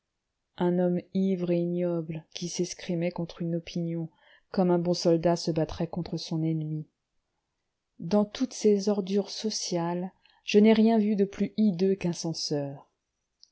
un homme ivre et ignoble qui s'escrimait contre une opinion comme un bon soldat se battrait contre son ennemi dans toutes ces ordures sociales je n'ai rien vu de plus hideux